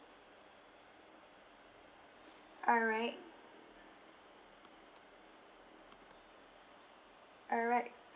alright alright